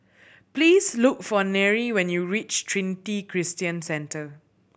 please look for Nery when you reach Trinity Christian Centre